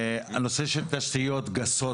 הנושא של תשתיות גסות,